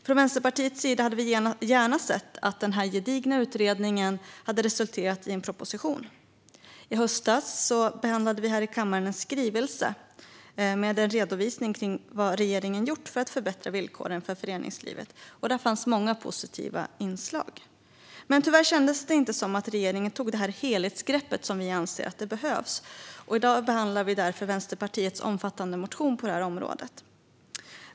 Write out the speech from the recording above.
Från Vänsterpartiets sida hade vi gärna sett att denna gedigna utredning hade resulterat i en proposition. I höstas behandlade vi här i kammaren en skrivelse med en redovisning av vad regeringen gjort för att förbättra villkoren för föreningslivet, och där fanns många positiva inslag. Tyvärr kändes det inte som om regeringen tog det här helhetsgreppet som vi anser behövs, och i dag behandlar vi därför Vänsterpartiets omfattande motion på området.